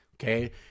Okay